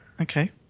Okay